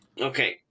Okay